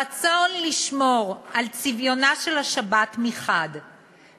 הרצון לשמור על צביונה של השבת מחד גיסא